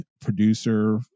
producer